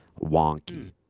wonky